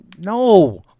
no